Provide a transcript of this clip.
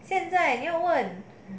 现在没有问